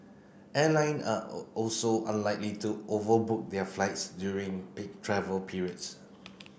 airline are also unlikely to overbook their flights during peak travel periods